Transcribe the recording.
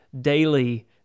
daily